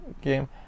game